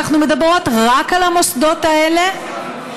אנחנו מדברות רק על המוסדות האלה,